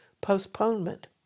postponement